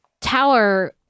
Tower